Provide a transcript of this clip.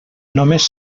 només